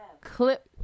clip